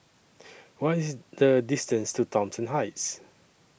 What IS The distance to Thomson Heights